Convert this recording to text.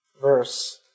verse